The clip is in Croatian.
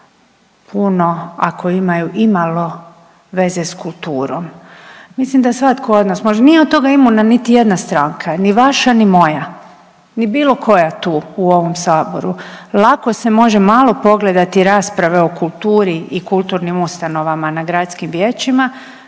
puno, ako imaju imalo veze s kulturom. Mislim da svatko od nas može, nije od toga imuna niti jedna stranka, ni vaša ni moja ni bilo koja tu u ovom Saboru. Lako se može malo pogledati rasprave o kulturi i kulturnim ustanovama na gradskim vijećima,